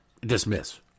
dismiss